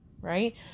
right